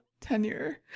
tenure